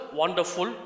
wonderful